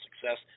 success